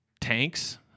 tanks